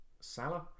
Salah